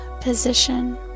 position